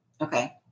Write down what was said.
Okay